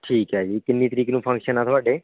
ਠੀਕ ਹੈ ਜੀ ਕਿੰਨੀ ਤਰੀਕ ਨੂੰ ਫੰਕਸ਼ਨ ਹੈ ਤੁਹਾਡੇ